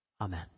Amen